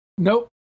Nope